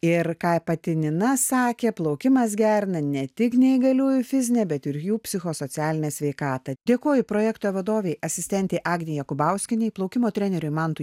ir ką pati nina sakė plaukimas gerina ne tik neįgaliųjų fizinę bet ir jų psichosocialinę sveikatą dėkoju projekto vadovei asistentei agnei jakubauskienei plaukimo treneriui mantui